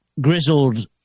grizzled